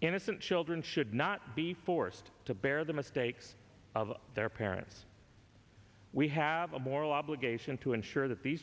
innocent children should not be forced to bear the mistakes of their parents we have a moral obligation to ensure that these